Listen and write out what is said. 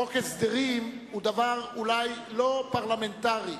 חוק הסדרים הוא אולי דבר לא פרלמנטרי,